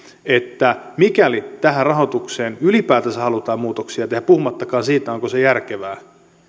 että mikäli tähän rahoitukseen ylipäätänsä halutaan muutoksia tehdä puhumattakaan siitä onko se järkevää